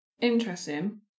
Interesting